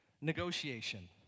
negotiation